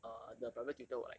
err the private tutor will like